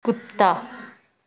ਕੁੱਤਾ